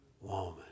woman